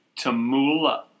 Tamula